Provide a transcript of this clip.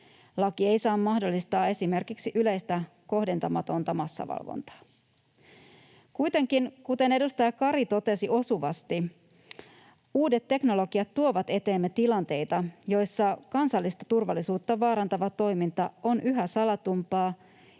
Laki ei saa mahdollistaa esimerkiksi yleistä kohdentamatonta massavalvontaa. Kuitenkin, kuten edustaja Kari totesi osuvasti, uudet teknologiat tuovat eteemme tilanteita, joissa kansallista turvallisuutta vaarantava toiminta on yhä salatumpaa